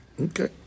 Okay